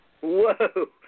Whoa